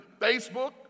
Facebook